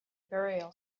burial